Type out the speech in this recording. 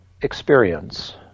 experience